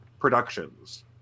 productions